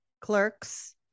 Clerks